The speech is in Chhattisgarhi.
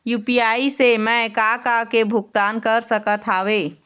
यू.पी.आई से मैं का का के भुगतान कर सकत हावे?